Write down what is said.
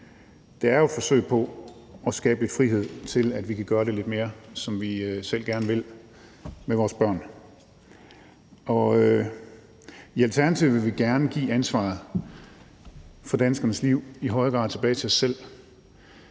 det er jo et forsøg på at skabe lidt frihed til, at vi kan gøre det lidt mere, som vi selv gerne vil, med vores børn. I Alternativet vil vi gerne i højere grad give ansvaret for danskernes liv tilbage til os selv.